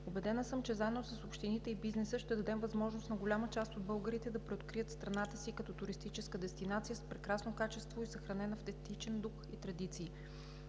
Убедена съм, че заедно с общините и бизнеса ще дадем възможност на голяма част от българите да преоткрият страната си като туристическа дестинация с прекрасно качество и съхранен автентичен дух и традиции.